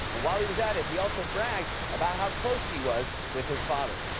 ah while he was at it, he also bragged about how close he was with his father.